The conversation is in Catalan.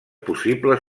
possibles